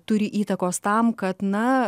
turi įtakos tam kad na